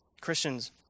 Christians